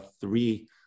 three